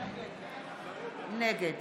נגד